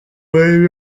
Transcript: bari